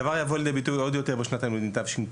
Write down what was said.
הדבר יבוא עוד יותר לידי ביטוי בשנת הלימודים תשפ"ד.